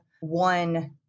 one